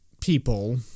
people